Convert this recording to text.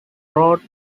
road